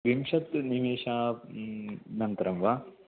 विंशतिनिमेषा अनन्तरं वा